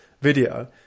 video